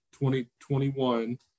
2021